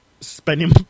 spending